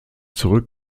zurück